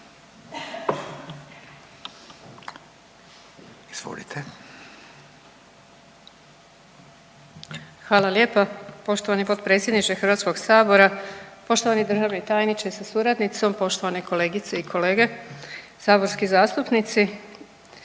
suverenisti)** Hvala lijepa poštovani potpredsjedniče Hrvatskog sabora, poštovani državni tajniče sa suradnicom, poštovane kolegice i kolege saborski zastupnici.